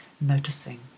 noticing